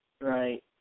Right